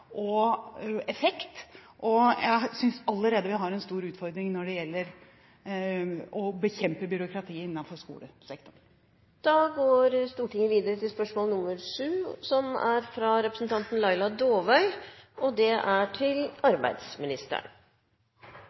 og effekt, og jeg synes allerede vi har en stor utfordring når det gjelder å bekjempe byråkratiet innenfor skolesektoren. Jeg tillater meg å stille følgende spørsmål